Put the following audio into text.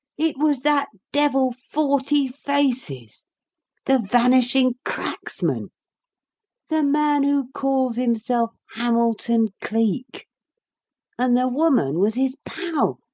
it was that devil forty faces' the vanishing cracksman' the man who calls himself hamilton cleek and the woman was his pal,